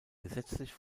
gesetzlich